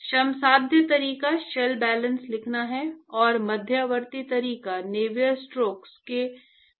श्रमसाध्य तरीका shell balance लिखना है और मध्यवर्ती तरीका नेवियर स्टोक्स से शुरू करना है